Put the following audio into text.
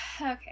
Okay